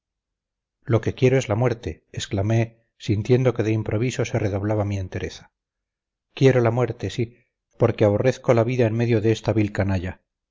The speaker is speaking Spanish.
lo que quiero es la muerte exclamé sintiendo que de improviso se redoblaba mi entereza quiero la muerte sí porque aborrezco la vida en medio de esta vil canalla